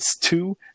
two